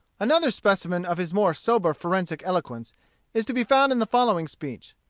another specimen of his more sober forensic eloquence is to be found in the following speech.